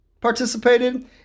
participated